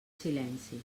silenci